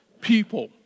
people